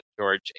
George